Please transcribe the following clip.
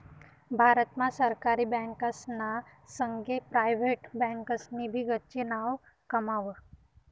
भारत मा सरकारी बँकासना संगे प्रायव्हेट बँकासनी भी गच्ची नाव कमाव